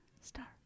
Star